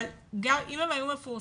אבל גם אם הן היו מפורסמות,